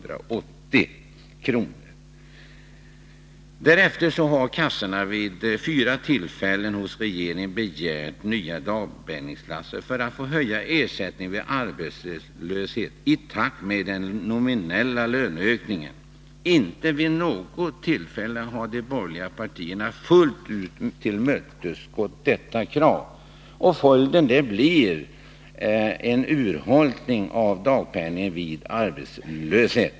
Därefter har kassorna vid fyra tillfällen hos regeringen begärt nya dagpenningklasser för att kunna höja ersättningen vid arbetslöshet i takt med den nominella löneökningen. Inte vid något tillfälle har de borgerliga partierna fullt ut tillmötesgått kassornas krav. Följden blir en urholkning av dagpenning vid arbetslöshet.